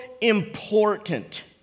important